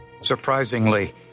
Surprisingly